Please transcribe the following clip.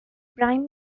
prime